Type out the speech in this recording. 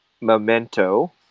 Memento